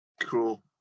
Cool